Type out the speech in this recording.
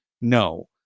no